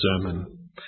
sermon